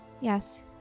Yes